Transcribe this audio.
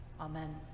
Amen